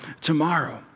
tomorrow